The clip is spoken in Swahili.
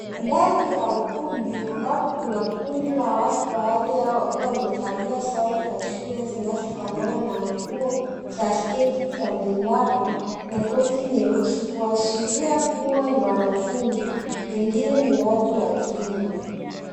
Ndani ya ukumbi ambapo kuna kundi la watu baadhi yao wakiwa wamevalia sare za shule zinazofanana na nguo za sketi za miraba na koti nyeusi kuashiria kuwa ni wanafunzi. Wengine ni watu wazima.